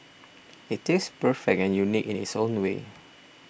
it tastes perfect and unique in its own way